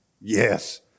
Yes